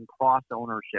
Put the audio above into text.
cross-ownership